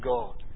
God